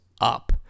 up